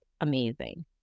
amazing